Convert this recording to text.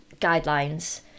guidelines